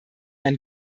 ein